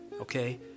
Okay